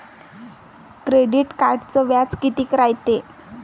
Credit कार्डचं व्याज कितीक रायते?